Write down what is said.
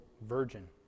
virgin